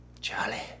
Charlie